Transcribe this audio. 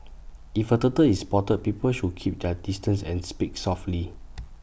if A turtle is spotted people should keep their distance and speak softly